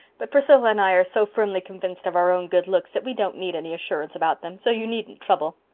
but priscilla and i are so firmly convinced of our own good looks that we don't need any assurance about them, so you needn't trouble.